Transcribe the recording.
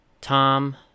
Tom